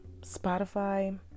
Spotify